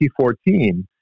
2014